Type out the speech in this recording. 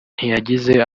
ntiyagize